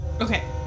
okay